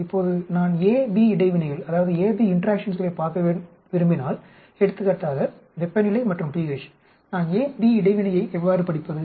இப்போது நான் A B இடைவினைகளைப் பார்க்க விரும்பினால் எடுத்துக்காட்டாக வெப்பநிலை மற்றும் pH நான் A B இடைவினையை எவ்வாறு படிப்பது